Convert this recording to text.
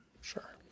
Sure